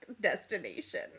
destination